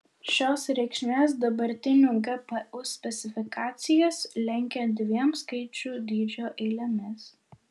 šios reikšmės dabartinių gpu specifikacijas lenkia dviem skaičių dydžio eilėmis